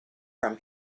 from